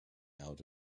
out